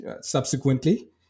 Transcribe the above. subsequently